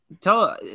tell